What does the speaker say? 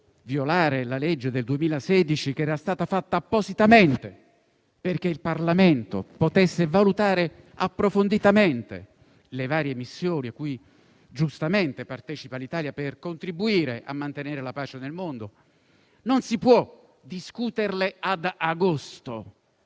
violare la legge del 2016, fatta appositamente perché il Parlamento potesse valutare approfonditamente le varie missioni cui giustamente partecipa l'Italia per contribuire a mantenere la pace nel mondo; non si può discuterle ad agosto.